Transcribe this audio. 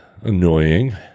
annoying